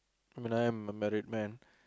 when I'm a married man